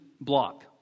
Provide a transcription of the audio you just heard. block